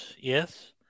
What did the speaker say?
yes